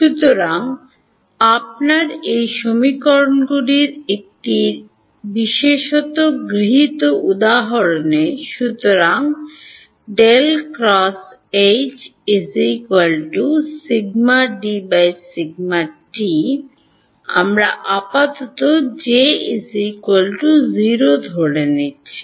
সুতরাং আপনার এই সমীকরণগুলির একটির বিশেষত গৃহীত উদাহরণে সুতরাং আমরা আপাতত J 0 ধরে নিচ্ছি